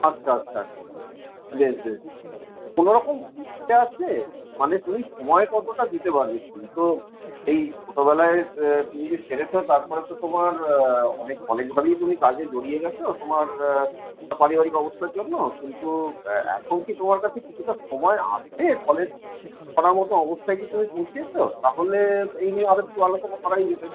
আচ্ছা আচ্ছা আচ্ছা বেশ বেশ বেশ কোনোরকম ইচ্ছা আছে মানে তুমি সময় কতটা দিতে পারবে তুমি তো সেই ছোটবেলায় তুমি যে ছেড়েছো তারপরে তো তোমার অনেক অনেকভাবেই তুমি কাজে জড়িয়ে গেছো তোমার পারিবারিক অবস্থার জন্য কিন্তু এখন কি তোমার কাছে কিছুটা সময় আছে কলেজ করার মতো অবস্থায় কি তুমি পৌঁছিয়েছ তাহলে এই নিয়ে আরেকটু আলোচনা করাই যেত